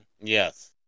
Yes